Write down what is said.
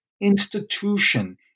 institution